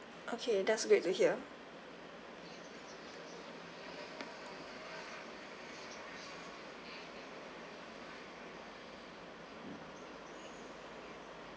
okay that's great to hear